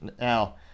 Now